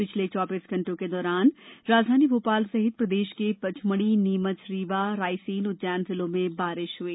पिछले चौबीस घण्टों के दौरान राजधानी भोपाल सहित प्रदेश के पचमढ़ी नीमच रीवा रायसेन उज्जैन जिलों में बारिश हुई